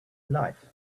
life